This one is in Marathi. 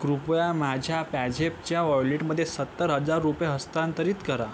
कृपया माझ्या पॅझेपच्या वॉलेटमध्ये सत्तर हजार रुपये हस्तांतरित करा